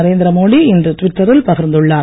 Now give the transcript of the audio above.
நரேந்திர மோடி இன்று ட்விட்டரில் பகிர்ந்துள்ளார்